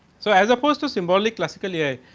so, as a first symbolic classical ai,